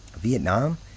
Vietnam